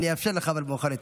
אני אאפשר, אבל לך מאוחר יותר.